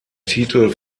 titel